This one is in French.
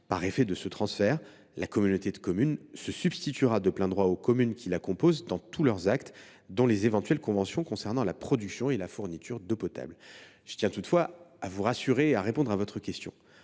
conséquence de ce transfert, la communauté de communes se substituera de plein droit aux communes qui la composent dans tous leurs actes, dont les éventuelles conventions concernant la production et la fourniture d’eau potable. Toutefois, madame la sénatrice, je tiens